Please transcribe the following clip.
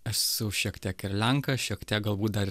esu šiek tiek ir lenkas šiek tiek galbūt dar